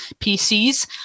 PCs